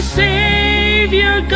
savior